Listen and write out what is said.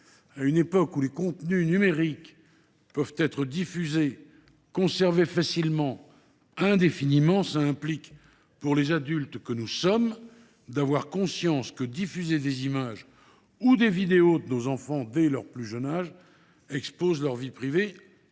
À une époque où les contenus numériques peuvent être diffusés ou conservés facilement et indéfiniment, les adultes que nous sommes doivent avoir conscience que diffuser des images ou des vidéos de leurs enfants dès leur plus jeune âge expose leur vie privée,